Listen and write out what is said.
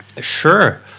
Sure